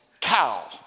Cow